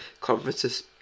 conferences